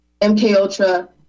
MKUltra